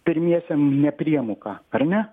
pirmiesiem nepriemoką ar ne